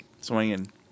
Swinging